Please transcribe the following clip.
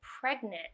pregnant